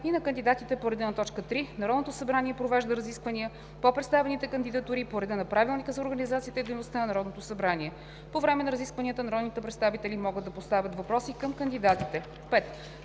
и на кандидатите по реда на т. 3 Народното събрание провежда разисквания по представените кандидатури по реда на Правилника за организацията и дейността на Народното събрание. По време на разискванията народните представители могат да поставят въпроси към кандидатите.